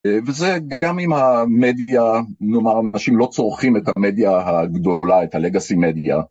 וזה גם עם המדיה, נאמר אנשים לא צורכים את המדיה הגדולה, את הלגסי מדיה.